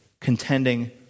contending